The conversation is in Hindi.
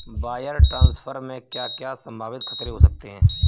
वायर ट्रांसफर में क्या क्या संभावित खतरे हो सकते हैं?